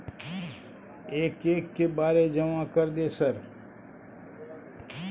एक एक के बारे जमा कर दे सर?